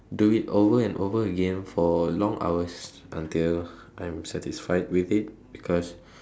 do it over and over again for long hours until I'm satisfied with it because